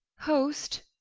host,